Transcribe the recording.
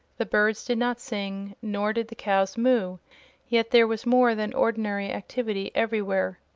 the birds did not sing, nor did the cows moo yet there was more than ordinary activity everywhere.